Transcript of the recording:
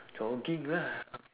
jogging lah